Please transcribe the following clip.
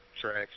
tracks